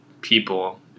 people